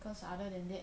cause other than that